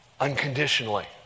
unconditionally